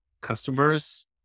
customers